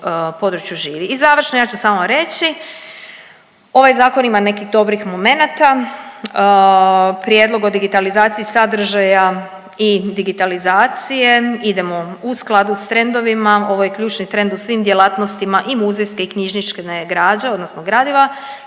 I završno ja ću samo reći, ovaj zakon ima nekih dobrih momenata, prijedlog o digitalizaciji sadržaja i digitalizacije, idemo u skladu s trendovima. Ovo je ključni trend u svim djelatnostima i muzejske i knjižnične građe odnosno gradiva,